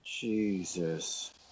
Jesus